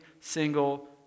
single